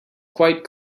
quite